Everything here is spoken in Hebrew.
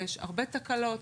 ויש הרבה תקלות,